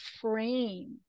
frame